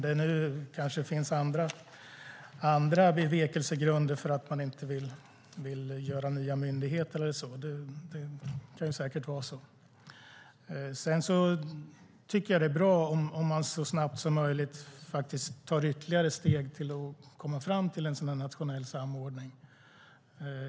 Det kan säkert finnas andra bevekelsegrunder för att inte inrätta nya myndigheter. Det är bra om det så snabbt som möjligt tas ytterligare steg för att få en nationell samordning.